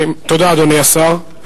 תודה, אדוני השר.